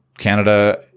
Canada